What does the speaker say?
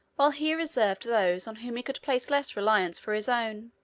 while he reserved those on whom he could place less reliance for his own.